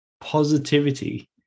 positivity